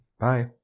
Bye